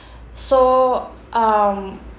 so um